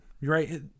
right